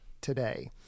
today